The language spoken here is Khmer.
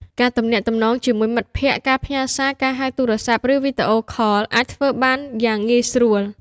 ការទំនាក់ទំនងជាមួយមិត្តភក្តិ ការផ្ញើសារ ការហៅទូរស័ព្ទ ឬវីដេអូខល អាចធ្វើបានយ៉ាងងាយស្រួល។